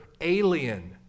alien